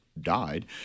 died